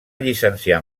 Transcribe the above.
llicenciar